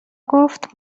گفت